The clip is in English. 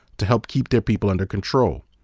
to help keep their people under control.